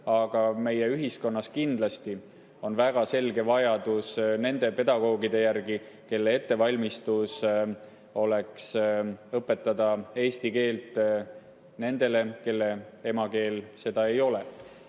Aga meie ühiskonnas kindlasti on väga selge vajadus nende pedagoogide järele, kelle ettevalmistus oleks õpetada eesti keelt nendele, kelle emakeel see ei ole.